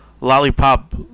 lollipop